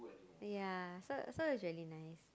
ya so so is really nice